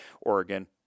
Oregon